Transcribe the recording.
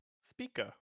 Speaker